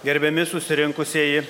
gerbiami susirinkusieji